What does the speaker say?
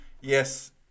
Yes